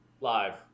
live